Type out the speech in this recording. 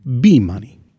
B-money